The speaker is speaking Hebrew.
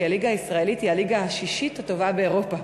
כי הליגה הישראלית היא הליגה השישית הטובה באירופה.